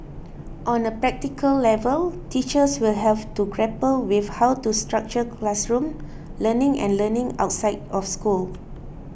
on a practical level teachers will have to grapple with how to structure classroom learning and learning outside of school